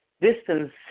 distance